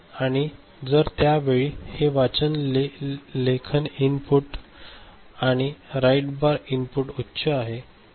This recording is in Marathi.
आणि जर त्या वेळी हे वाचन लिहा इनपुट आणि राइट बार इनपुट उच्च आहे